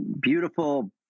beautiful